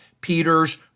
Peter's